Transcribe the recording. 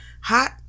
hot